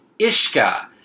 Ishka